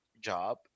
job